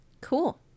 Cool